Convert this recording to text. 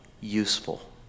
useful